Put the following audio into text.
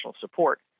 support